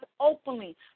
openly